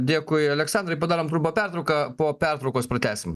dėkui aleksandrai padarom trumpą pertrauką po pertraukos pratęsim